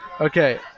okay